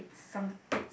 some it